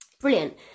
Brilliant